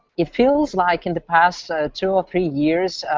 it feels like in the past two or three years,